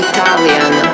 Italian